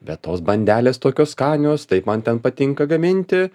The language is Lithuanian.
bet tos bandelės tokios skanios taip man ten patinka gaminti